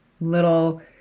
little